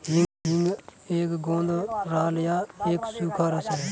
हींग एक गोंद राल या एक सूखा रस है